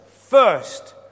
first